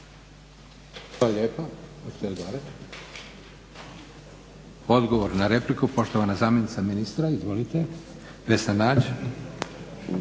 Hvala lijepa. Odgovor na repliku poštovana zamjenica ministra. Izvolite, Vesna Nađ.